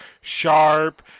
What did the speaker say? Sharp